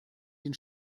den